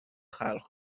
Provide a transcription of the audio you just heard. خلق